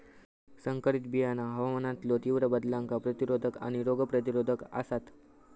संकरित बियाणा हवामानातलो तीव्र बदलांका प्रतिरोधक आणि रोग प्रतिरोधक आसात